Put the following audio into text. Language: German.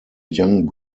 young